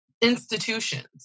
institutions